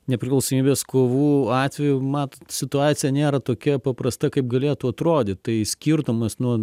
nepriklausomybės kovų atveju mat situacija nėra tokia paprasta kaip galėtų atrodyt tai skirtumas nuo